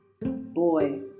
Boy